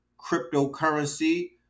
cryptocurrency